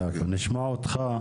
נשמע אותך,